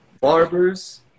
barbers